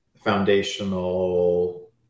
foundational